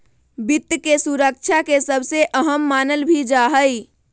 वित्त के सुरक्षा के सबसे अहम मानल भी जा हई